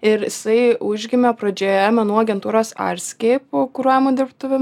ir jisai užgimė pradžioje menų agentūros arski kuruojamų dirbtuvių